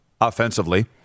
offensively